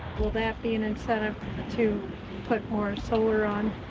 will that be an incentive to put more solar on?